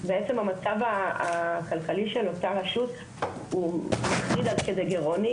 המצב הכלכלי של אותה רשות הוא בעצם מחריד עד כדי גרעוני,